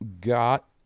got